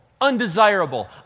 undesirable